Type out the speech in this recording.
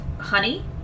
honey